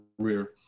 career